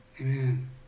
Amen